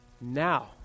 now